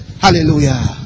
Hallelujah